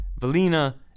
Valina